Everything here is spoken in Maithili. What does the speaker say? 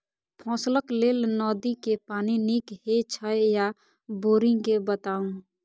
फसलक लेल नदी के पानी नीक हे छै या बोरिंग के बताऊ?